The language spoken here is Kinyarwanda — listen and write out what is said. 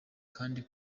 kandi